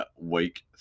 week